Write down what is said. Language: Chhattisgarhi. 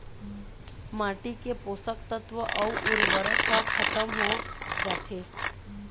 माटी के पोसक तत्व अउ उरवरक ह खतम हो जाथे